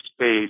space